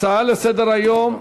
הצעה לסדר-היום: